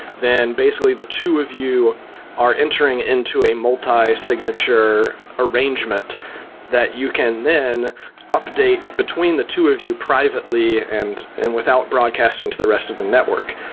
then basically the two of you are entering into a multi-signature arrangement that you can then update between the two of you privately and and without broadcasting to the rest of the network,